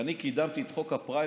כשאני קידמתי את חוק הפריימריז,